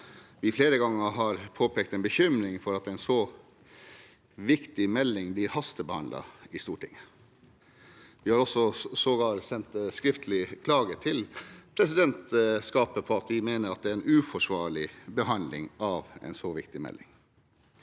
at vi flere ganger har påpekt en bekymring for at en så viktig melding blir hastebehandlet i Stortinget. Vi har sågar sendt skriftlig klage til presidentskapet fordi vi mener at dette er en uforsvarlig behandling av en så viktig melding.